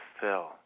fill